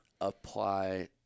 apply